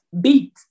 beat